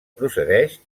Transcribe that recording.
procedeix